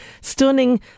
stunning